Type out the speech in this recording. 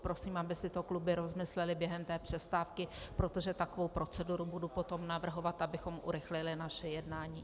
Prosím, aby si to kluby rozmyslely během té přestávky, protože takovou proceduru budu potom navrhovat, abychom urychlili naše jednání.